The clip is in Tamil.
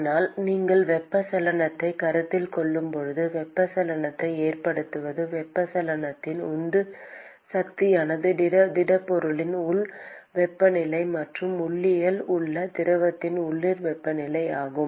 ஆனால் நீங்கள் வெப்பச்சலனத்தை கருத்தில் கொள்ளும்போது வெப்பச்சலனத்தை ஏற்படுத்துவது வெப்பச்சலனத்தின் உந்து சக்தியானது திடப்பொருளின் உள் வெப்பநிலை மற்றும் வெளியில் உள்ள திரவத்தின் லோக்கல் வெப்பநிலை ஆகும்